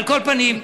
על כל פנים,